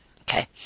Okay